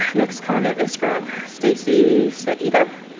next comment is from stacy saeda.